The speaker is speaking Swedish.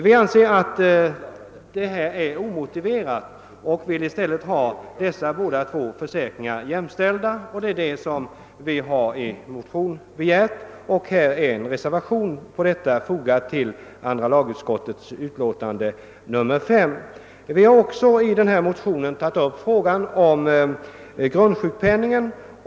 Vi motionärer anser detta vara oriktigt och vill ha försäkringarna jämställda, vilket vi har påyrkat i motionerna. En reservation härom har fogats till utskottets utlåtande. Vidare har vi i motionerna tagit upp frågan om grundsjukpenningen.